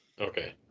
okay